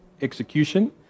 execution